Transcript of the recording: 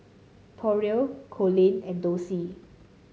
Torey Colin and Dossie